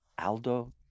Aldo